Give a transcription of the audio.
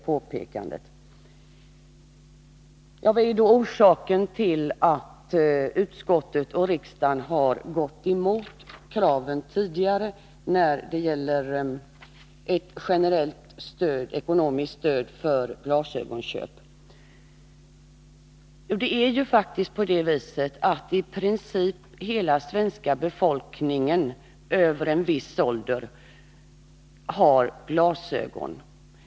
Vad är då orsaken till att utskottet och riksdagen tidigare har gått emot kraven när det gäller generellt ekonomiskt stöd för glasögonköp? Det är faktiskt så att i princip hela svenska befolkningen över en viss ålder har glasögon.